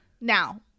Now